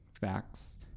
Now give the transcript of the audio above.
facts